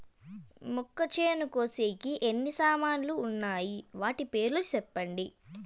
మొక్కచేను కోసేకి ఎన్ని సామాన్లు వున్నాయి? వాటి పేర్లు సెప్పండి?